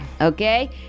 Okay